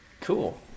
Cool